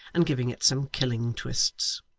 and giving it some killing twists.